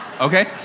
Okay